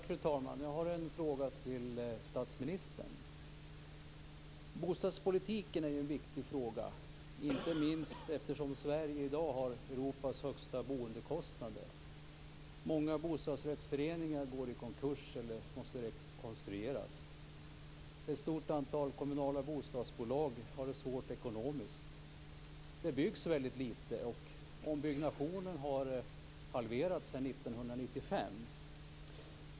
Fru talman! Jag har en fråga till statsministern. Bostadspolitiken är en viktig fråga, inte minst som Sverige har Europas högsta boendekostnader. Många bostadsrättsföreningar går i konkurs eller måste rekonstrueras. Ett stort antal kommunala bostadsbolag har det ekonomiskt svårt. Det byggs litet, och ombyggnationen har halverats sedan 1995.